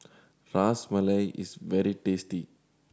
Ras Malai is very tasty